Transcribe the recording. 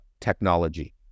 technology